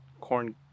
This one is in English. Corn